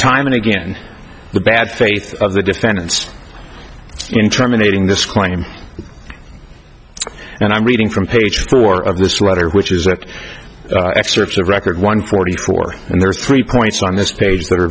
time and again the bad faith of the defendants in terminating this claim and i'm reading from page four of this letter which is that excerpts of record one forty four and there are three points on this page that are